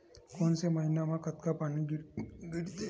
कोन से महीना म कतका पानी गिरथे?